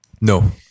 no